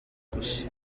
gusa